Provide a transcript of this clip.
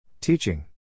Teaching